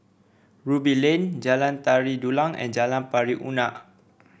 Ruby Lane Jalan Tari Dulang and Jalan Pari Unak